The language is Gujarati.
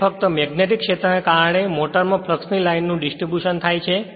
તેથી ફક્ત મેગ્નેટીક ક્ષેત્રને કારણે મોટરમાં ફ્લક્ષ ની લાઇનનું ડિસ્ટ્રીબુશન થાય છે